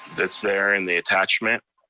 that's there in the attachment.